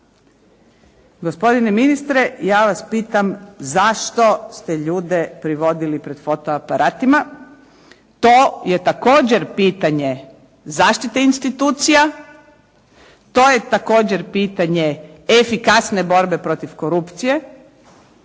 Gospodine ministre ja vas pitam zašto ste ljude privodili pred fotoaparatima? To je također pitanje zaštite institucija, to je također pitanje efikasne borbe protiv korupcije,